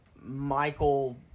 Michael